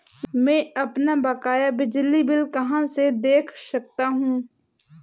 मैं अपना बकाया बिजली का बिल कहाँ से देख सकता हूँ?